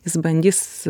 jis bandys